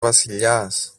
βασιλιάς